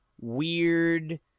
weird